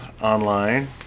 online